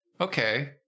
Okay